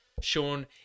Sean